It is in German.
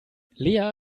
lea